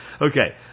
Okay